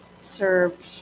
served